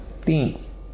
Thanks